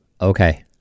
Okay